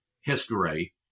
history